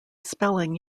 spelling